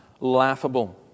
laughable